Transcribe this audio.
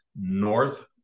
north